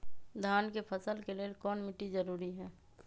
धान के फसल के लेल कौन मिट्टी जरूरी है?